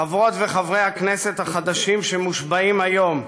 חברות וחברי הכנסת החדשים שמושבעים היום: